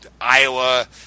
iowa